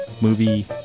movie